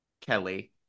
Kelly